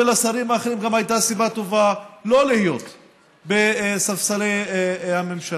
ולשרים האחרים גם הייתה סיבה טובה לא להיות בספסלי הממשלה.